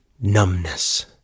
numbness